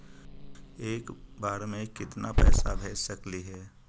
एक बार मे केतना पैसा भेज सकली हे?